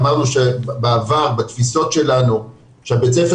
אמרנו בעבר בתפיסות שלנו שבית הספר